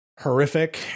horrific